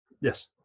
Yes